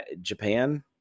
Japan